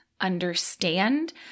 understand